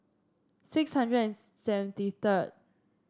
six hundred and seventy third